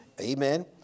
amen